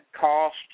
cost